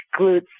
glutes